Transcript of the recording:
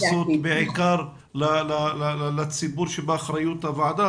מתייחסות בעיקר לציבור שבאחריות הוועדה,